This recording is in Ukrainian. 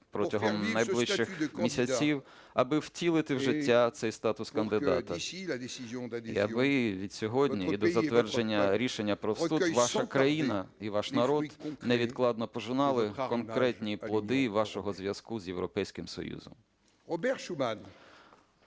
протягом найближчих місяців, аби втілити в життя цей статус кандидата, аби від сьогодні і до затвердження рішення про вступ ваша країна і ваш народ невідкладно пожинали конкретні плоди вашого зв'язку з Європейським Союзом.